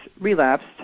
relapsed